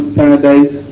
paradise